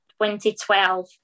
2012